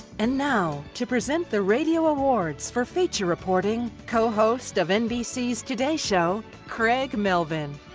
and now to present the radio awards for feature reporting co-host of nbc's today's show, craig melvin.